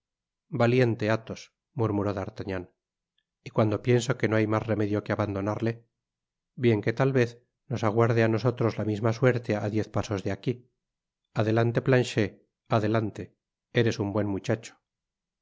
valiente athos murmuró dartagnan y cuando pienso que no hay mas remedio que abandonarle bien que tal vez nos aguarde á nosotros la misma suerte á diez pasos de aqui adelante planchet adelante eres un buen muchacho